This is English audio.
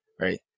right